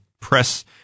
press